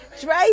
Dre